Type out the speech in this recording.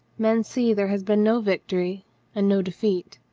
men see there has been no victory and no defeat.